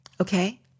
Okay